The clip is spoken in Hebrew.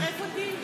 אתה יכול לצרף אותי?